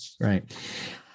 Right